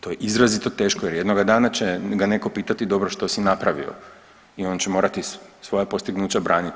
To je izrazito teško, jer jednoga dana će ga netko pitati dobro što si napravio i on će morati svoja postignuća braniti.